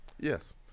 Yes